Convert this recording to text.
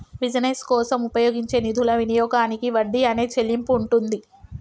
business కోసం ఉపయోగించే నిధుల వినియోగానికి వడ్డీ అనే చెల్లింపు ఉంటుంది